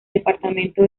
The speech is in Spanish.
departamento